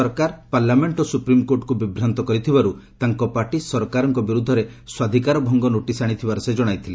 ସରକାର ପାର୍ଲାମେଣ୍ଟ ଓ ସୁପ୍ରିମ୍କୋର୍ଟଙ୍କୁ ବିଭ୍ରାନ୍ତ କରିଥିବାରୁ ତାଙ୍କ ପାର୍ଟି ସରକାରଙ୍କ ବିରୁଦ୍ଧରେ ସ୍ୱାଧିକାର ଭଙ୍ଗ ନୋଟିସ୍ ଆଣିଥିବାର ସେ ଜଣାଇଥିଲେ